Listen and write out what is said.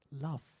love